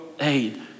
aid